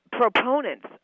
proponents